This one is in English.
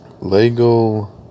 Lego